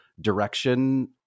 direction